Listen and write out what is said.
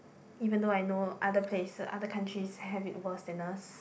even though I know other place other countries have it worse than us